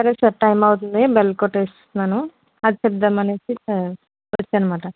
సరే sir time అవుతుంది bell కొట్టేస్తున్నాను అది చెప్పుదాం అనేసి వచ్చాను అన్నమాట